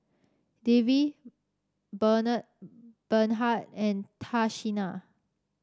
Davie Bernhard and Tashina